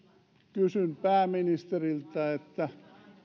kysyn pääministeriltä